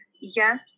Yes